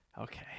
Okay